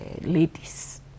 ladies